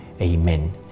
Amen